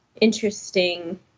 interesting